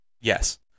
Yes